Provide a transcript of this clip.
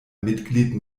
mitglied